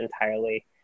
entirely